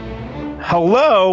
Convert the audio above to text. Hello